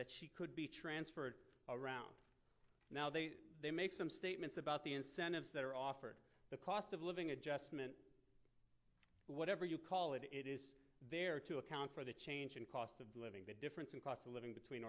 that she could be transferred around now they they make some statements about the incentives that are offered the cost of living adjustment whatever you call it it is there to account for the change in cost of the live difference in cost of living b